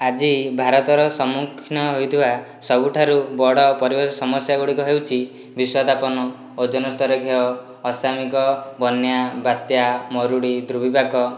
ଆଜି ଭାରତର ସମ୍ମୁଖୀନ ହୋଇଥିବା ସବୁଠାରୁ ବଡ଼ ପରିବେଶ ସମସ୍ୟା ଗୁଡ଼ିକ ହେଉଛି ବିଷାଦପୂର୍ଣ୍ଣ ଓଜନସ୍ତର କ୍ଷୟ ଅସାମାୟିକ ବନ୍ୟା ବାତ୍ୟା ମରୁଡ଼ି ଦୁର୍ବିପାକ